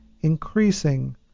increasing